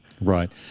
Right